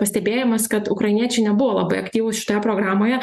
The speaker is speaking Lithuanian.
pastebėjimas kad ukrainiečiai nebuvo labai aktyvūs šitoje programoje